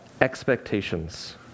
expectations